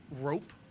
rope